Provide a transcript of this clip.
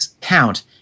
count